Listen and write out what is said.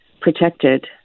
protected